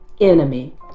enemy